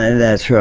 that's right,